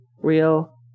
real